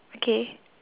okay